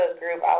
group